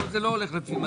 כאן זה לא הולך לפי מגיע.